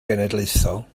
genedlaethol